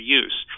use